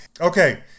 Okay